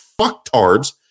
fucktards